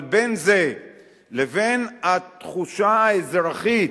אבל בין זה לבין התחושה האזרחית